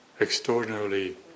extraordinarily